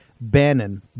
Bannon